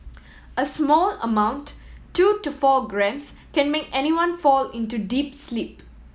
a small amount two to four grams can make anyone fall into deep sleep